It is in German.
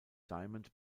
diamond